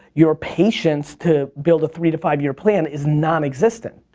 your patience to build a three to five year plan is nonexistent.